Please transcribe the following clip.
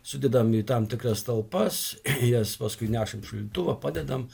sudedam į tam tikras talpas jas paskui nešam į šaldytuvą padedam